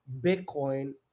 Bitcoin